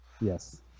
Yes